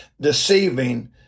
deceiving